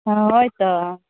ᱦᱳᱭ ᱛᱚ